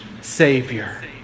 Savior